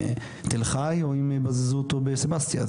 בתל-חי, או בזזו אותו בסבסטיה.